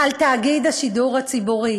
על תאגיד השידור הציבורי.